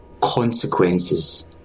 consequences